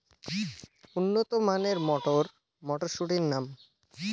উন্নত মানের মটর মটরশুটির নাম?